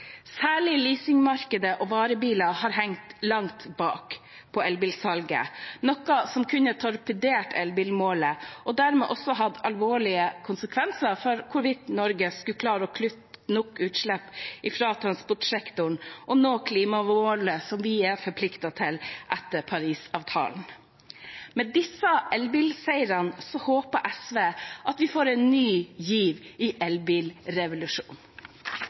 Særlig leasingmarkedet og varebiler har hengt langt bak på elbilsalget, noe som kunne ha torpedert elbilmålet, og dermed også hatt alvorlige konsekvenser for hvorvidt Norge skulle klare å kutte nok utslipp fra transportsektoren og nå klimamålet som vi er forpliktet til etter Parisavtalen. Med disse elbilseirene håper SV at vi får en ny giv i